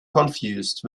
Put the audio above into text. confused